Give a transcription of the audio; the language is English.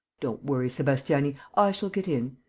don't worry, sebastiani. i shall get in.